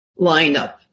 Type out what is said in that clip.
lineup